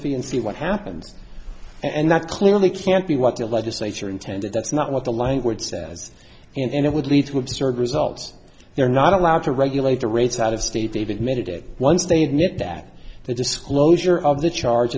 fee and see what happens and that clearly can't be what the legislature intended that's not what the language says and it would lead to absurd results they're not allowed to regulate the rates out of state they've admitted it once they've nipped that the disclosure of the charge